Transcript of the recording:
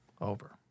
over